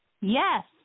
Yes